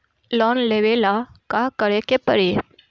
Loan लेवे ला का करे के पड़ी?